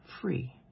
free